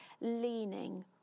leaning